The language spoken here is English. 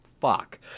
Fuck